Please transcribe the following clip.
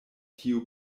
tiu